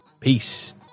Peace